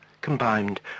combined